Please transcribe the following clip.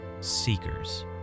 seekers